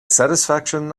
satisfaction